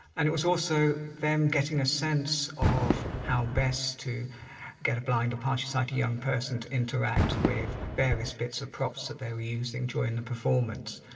and it was also them getting a sense of how best to get a blind or partially-sighted young person to interact with various bits of props that they were using during the performance.